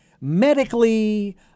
medically